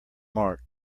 mark